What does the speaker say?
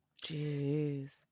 Jeez